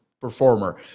performer